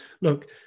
Look